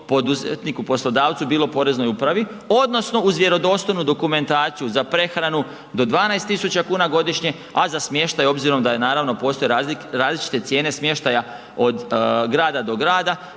poduzetniku poslodavcu, bilo poreznoj upravi odnosno uz vjerodostojnu dokumentaciju za prehranu do 12.000 kuna godišnje, a za smještaj obzirom da naravno postoje različite cijene smještaja od grada do grada